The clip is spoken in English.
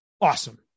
Awesome